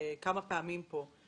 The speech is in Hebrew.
כמה פעמים פה.